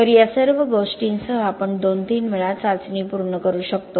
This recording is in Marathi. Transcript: तर या सर्व गोष्टींसह आपण 2 3 वेळा चाचणी पूर्ण करू शकतो